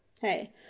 hey